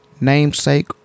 namesake